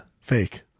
Fake